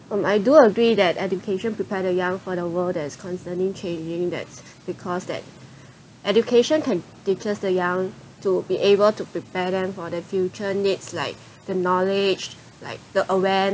um I do agree that education prepare the young for the world that is constantly changing that's because that education can teaches the young to be able to prepare them for the future needs like the knowledge like the awareness